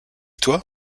toi